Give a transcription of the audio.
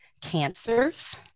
cancers